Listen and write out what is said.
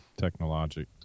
technologic